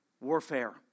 warfare